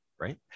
right